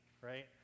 right